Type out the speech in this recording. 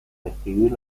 describir